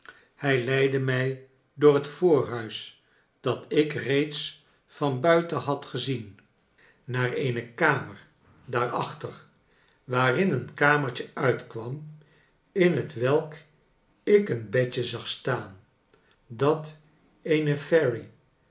hij leidde mij door het voorhuis dat ik reeds van buiten had gezien naar eene kamer daarachter waarin een kamertje uitkwam in hetwelk ik een bedje zag staan dat eene fairy